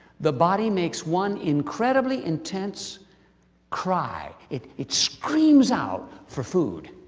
the body makes one incredibly intense cry. it it screams out for food.